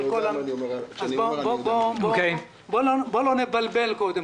קודם כול, בואו לא נבלבל.